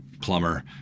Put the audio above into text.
plumber